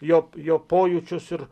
jo jo pojūčius ir